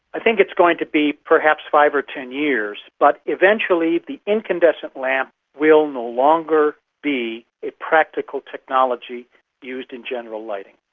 i think it's going to be perhaps five or ten years, but eventually the incandescent lamp will no longer be a practical technology used in general lighting.